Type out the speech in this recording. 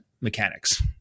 mechanics